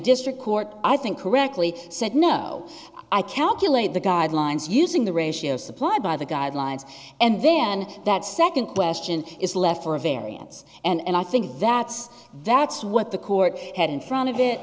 district court i think correctly said no i calculate the guidelines using the ratio supplied by the guidelines and then that second question is left for a variance and i think that's that's what the court had in front of it